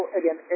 again